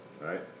right